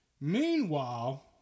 Meanwhile